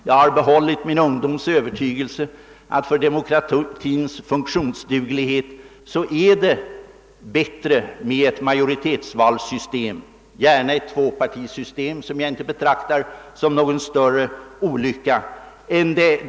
Jag har behållit min ungdoms övertygelse att det för demokratins funktionsduglighet är bättre med ett majoritetsvalsystem, gärna ett tvåpartisystem som jag inte betraktar som någon större olycka.